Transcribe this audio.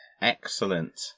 Excellent